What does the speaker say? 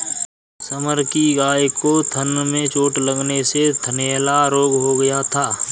summer की गाय को थन में चोट लगने से थनैला रोग हो गया था